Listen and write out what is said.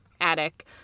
attic